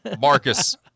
Marcus